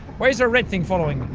why is there red thing followin